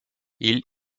ils